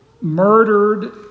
murdered